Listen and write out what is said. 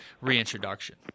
reintroduction